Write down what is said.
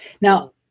Now